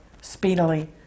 speedily